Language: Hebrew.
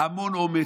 המון אומץ,